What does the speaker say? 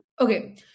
okay